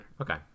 Okay